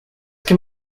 can